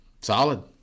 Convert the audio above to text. Solid